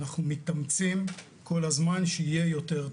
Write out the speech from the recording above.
ואנחנו מתאמצים כל הזמן שיהיה יותר טוב.